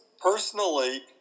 Personally